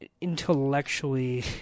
intellectually